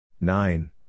Nine